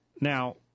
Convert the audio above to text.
Now